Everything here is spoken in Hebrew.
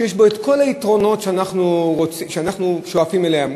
שיש בו כל היתרונות שאנחנו שואפים אליהם,